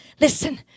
Listen